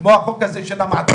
כמו החוק הזה של המעצרים.